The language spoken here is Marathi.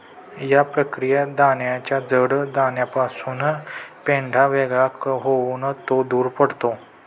या प्रक्रियेत दाण्याच्या जड दाण्यापासून पेंढा वेगळा होऊन तो दूर पडतो